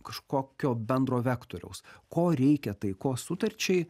kažkokio bendro vektoriaus ko reikia taikos sutarčiai